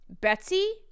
Betsy